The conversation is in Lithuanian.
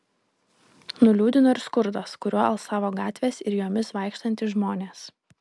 nuliūdino ir skurdas kuriuo alsavo gatvės ir jomis vaikštantys žmonės